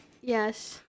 Yes